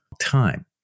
time